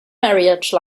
marriage